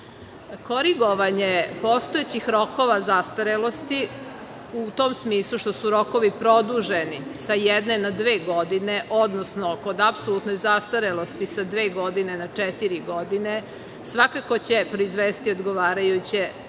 državu. Korigovanje postojećih rokova zastarelosti u tom smislu što su rokovi produženi sa jedne na dve godine, odnosno kod apsolutne zastarelosti sa dve godine na četiri godine, svakako će proizvesti odgovarajuće